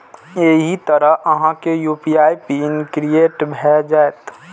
एहि तरहें अहांक यू.पी.आई पिन क्रिएट भए जाएत